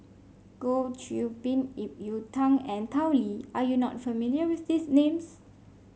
Goh Qiu Bin Ip Yiu Tung and Tao Li are you not familiar with these names